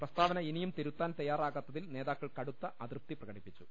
പ്രസ്താവന ഇനിയും തിരുത്താൻ തയ്യാറാകാത്തിൽ നേതാക്കൾ കടുത്ത അതൃപ്തി പ്രക ടിപ്പിച്ചു